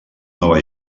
nova